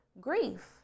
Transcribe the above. Grief